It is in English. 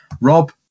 Rob